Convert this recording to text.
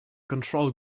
control